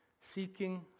seeking